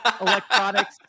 electronics